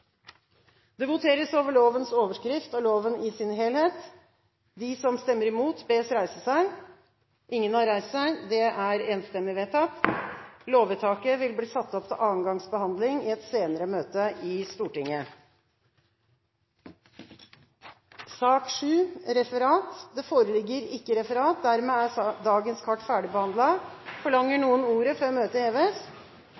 Det voteres over lovens overskrift og loven i sin helhet. Lovvedtaket vil bli ført opp til andre gangs behandling i et senere møte i Stortinget. Det foreligger ikke referat. Dermed er dagens kart ferdigbehandlet. Forlanger